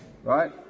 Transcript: Right